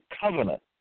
covenant